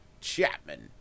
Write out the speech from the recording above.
Chapman